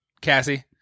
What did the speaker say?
Cassie